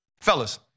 Fellas